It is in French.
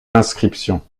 inscriptions